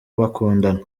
bakundana